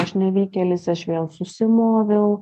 aš nevykėlis aš vėl susimoviau